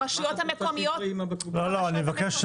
--- אני מבקש.